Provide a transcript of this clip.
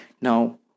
Now